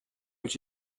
what